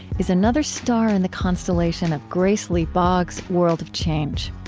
is another star in the constellation of grace lee boggs' world of change.